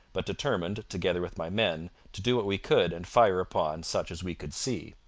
but determined, together with my men, to do what we could and fire upon such as we could see